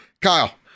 Kyle